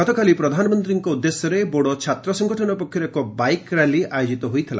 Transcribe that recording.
ଗତକାଲି ପ୍ରଧାନମନ୍ତ୍ରୀଙ୍କ ଉଦ୍ଦେଶ୍ୟରେ ବୋଡୋ ଛାତ୍ର ସଂଗଠନ ପକ୍ଷରୁ ଏକ ବାଇକ୍ ର୍ୟାଲି ଆୟୋଜିତ ହୋଇଥିଲା